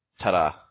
Ta-da